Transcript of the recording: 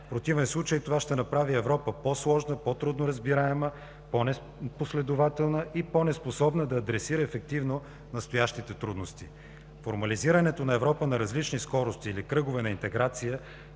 В противен случай това ще направи Европа по-сложна, по-трудно разбираема, по-непоследователна и по-неспособна да адресира ефективно настоящите трудности. Формализирането на „Европа на различни скорости“ или „кръгове на интеграция“